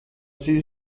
sie